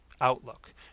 outlook